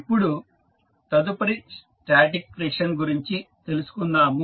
ఇప్పుడు తదుపరి static friction గురించి తెలుసుకుందాము